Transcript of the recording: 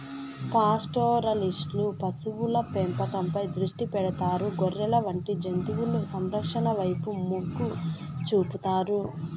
పాస్టోరలిస్టులు పశువుల పెంపకంపై దృష్టి పెడతారు, గొర్రెలు వంటి జంతువుల సంరక్షణ వైపు మొగ్గు చూపుతారు